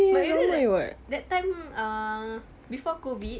but you know that that time uh before COVID